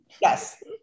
Yes